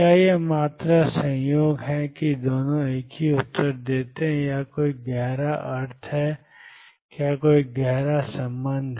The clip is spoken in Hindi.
क्या यह मात्र संयोग है कि दोनों एक ही उत्तर देते हैं या कोई गहरा अर्थ है क्या कोई संबंध है